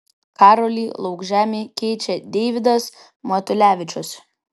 karolį laukžemį keičia deivydas matulevičius